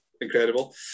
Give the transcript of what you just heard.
incredible